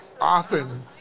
often